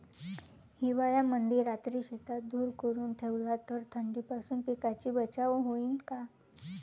हिवाळ्यामंदी रात्री शेतात धुर करून ठेवला तर थंडीपासून पिकाचा बचाव होईन का?